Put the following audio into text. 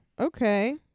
okay